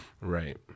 Right